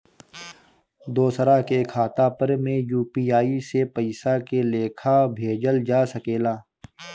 दोसरा के खाता पर में यू.पी.आई से पइसा के लेखाँ भेजल जा सके ला?